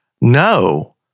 No